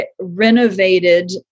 renovated